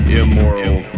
immoral